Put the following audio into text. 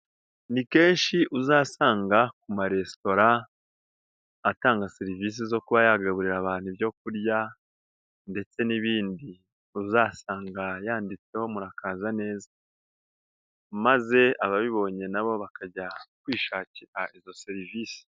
Ni kenshi uzasanga ku maresitora, atanga serivisi zo kuba yagaburira ibyo kurya ndetse n'ibindi. Uzasanga yanditseho murakaze neza. Maze ababibonye na bo bakajya kwishakira izo serivisi.